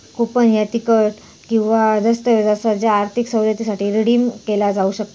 coupon ह्या ticket किंवा दस्तऐवज असा ज्या आर्थिक सवलतीसाठी रिडीम केला जाऊ शकता